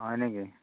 হয় নেকি